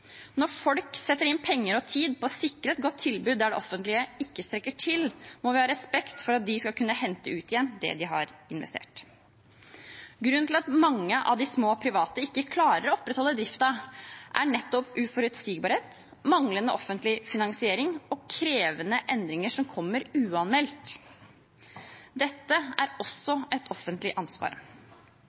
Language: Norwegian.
Når folk setter penger og tid inn på å sikre et godt tilbud der det offentlige ikke strekker til, må vi ha respekt for at de skal kunne hente ut igjen det de har investert. Grunnen til at mange av de små private ikke klarer å opprettholde driften, er nettopp uforutsigbarhet, manglende offentlig finansiering og krevende endringer som kommer uanmeldt. Dette er også et offentlig ansvar.